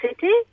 City